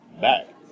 back